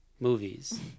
movies